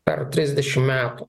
per trisdešimt metų